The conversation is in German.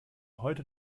heute